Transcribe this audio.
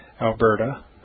Alberta